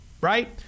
right